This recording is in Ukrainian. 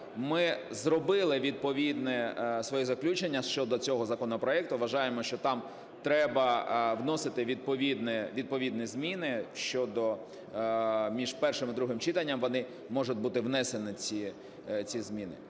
Ми зробили відповідне своє заключення щодо цього законопроекту. Вважаємо, що там треба вносити відповідні зміни, між першим і другим читанням вони можуть бути внесені, ці зміни.